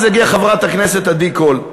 אז הגיעה חברת הכנסת עדי קול.